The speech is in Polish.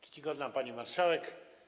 Czcigodna Pani Marszałek!